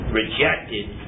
rejected